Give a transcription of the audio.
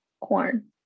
corn